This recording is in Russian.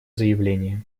заявление